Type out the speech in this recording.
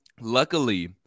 Luckily